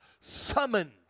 summoned